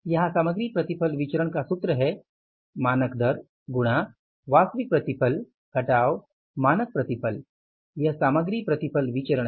यहाँ सामग्री प्रतिफल विचरण का सूत्र है मानक दर गुणा वास्तविक प्रतिफल घटाव मानक प्रतिफल यह सामग्री प्रतिफल विचरण है